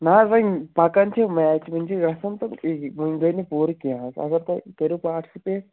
نہ حظ وۅنۍ پَکان چھِ میٚچ ؤنہِ چھُ گژھان ٹھیٖکھٕے ؤنہِ گٔے نہٕ پوٗرٕ کیٚنٛہہ حظ اَگر تُہۍ کٔرِو پاٹٕسپیٚٹ